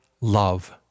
love